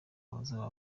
abazaba